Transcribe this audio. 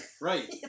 Right